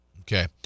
Okay